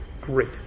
Great